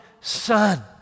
son